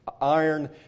iron